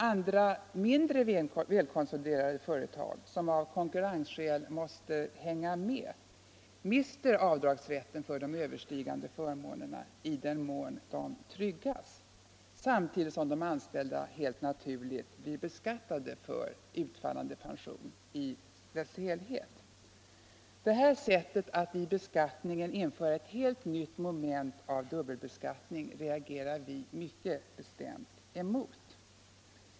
Andra, mindre välkonsoliderade företag, som av konkurrensskäl måste ”hänga med”, mister avdragsrätten för de överstigande förmånerna i den mån de tryggas, samtidigt som de anställda helt naturligt blir beskattade för utfallande pension i dess helhet. Det här sättet att införa ett helt nytt moment av dubbelbeskattning reagerar vi mycket bestämt emot.